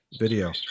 video